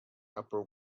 upper